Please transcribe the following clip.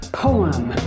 poem